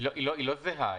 היא לא זהה.